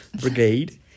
brigade